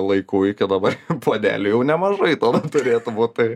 laikų iki dabar puodelių jau nemažai dovanų turėtų būt tai